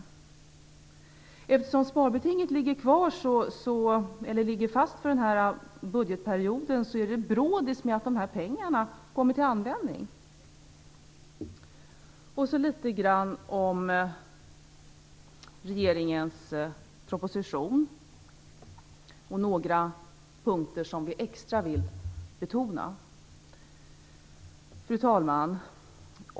Eftersom sparbetinget ligger fast för den här budgetperioden är det bråttom med att se till att de pengarna kommer till användning. Så litet grand om regeringens proposition och några punkter som vi vill betona litet extra. Fru talman!